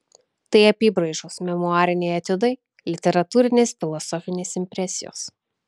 tai apybraižos memuariniai etiudai literatūrinės filosofinės impresijos